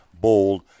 bold